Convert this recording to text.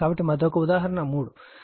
కాబట్టి మరొక ఉదాహరణ 3